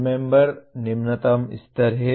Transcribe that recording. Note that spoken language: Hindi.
रिमेम्बर निम्नतम स्तर है